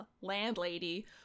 landlady